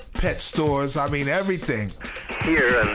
pet stores, i mean everything here